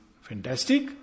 Fantastic